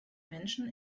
menschen